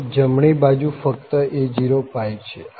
આમ જમણી બાજુ ફક્ત a0 છે